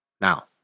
Now